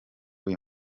uyu